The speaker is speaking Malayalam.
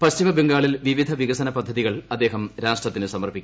പശ്ചിമബംഗാളിൽ വിവിധ വികസന പദ്ധതികൾ അദ്ദേഹം രാഷ്ട്രത്തിന് സമർപ്പിക്കും